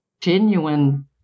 genuine